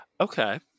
Okay